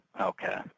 Okay